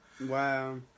Wow